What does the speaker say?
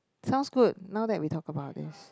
sounds good not that we talk about this